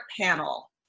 panel